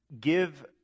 Give